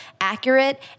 accurate